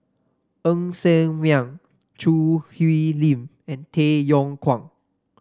Ng Ser Miang Choo Hwee Lim and Tay Yong Kwang